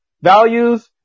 values